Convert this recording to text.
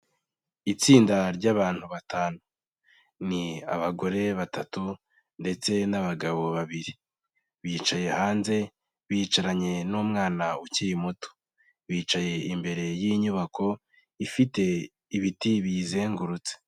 Itsinda ry'abantu batanu. Ni abagore batatu ndetse n'abagabo babiri. Bicaye hanze, bicaranye n'umwana ukiri muto. Bicaye imbere y'inyubako ifite ibiti biyizengurutse.